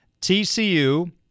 TCU